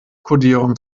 kodierung